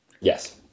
yes